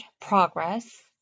progress